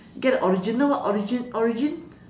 get a original what origin origin